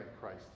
Christ